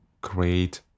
create